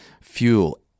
fuel